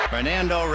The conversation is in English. Fernando